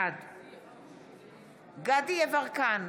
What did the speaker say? בעד דסטה גדי יברקן,